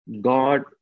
God